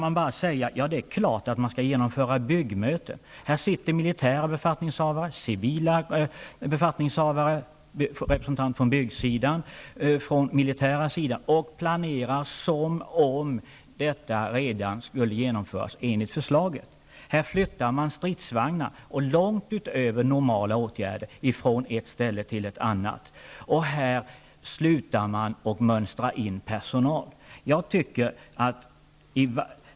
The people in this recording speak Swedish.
Man kan säga att det är klart att byggmöten skall genomföras. Här sitter militära och civila befattningshavare samt representanter från byggsidan och den militära sidan och planerar som om detta redan skulle genomföras enligt förslaget. Här flyttar man stridsvagnar, långt utöver normala åtgärder, från ett ställe till ett annat, och här slutar man att mönstra in personal.